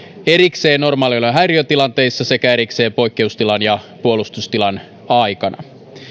erikseen normaaliolojen häiriötilanteissa sekä erikseen poikkeustilan ja puolustustilan aikana